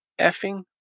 effing